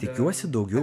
tikiuosi daugiau